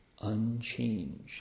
Unchanged